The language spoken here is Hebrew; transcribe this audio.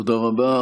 תודה רבה.